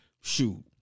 shoot